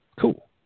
Cool